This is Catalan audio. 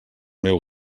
meu